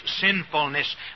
sinfulness